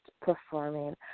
performing